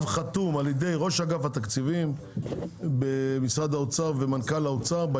שחתום על ידי ראש אגף התקציבים במשרד האוצר ועל ידי מנכ"ל האוצר.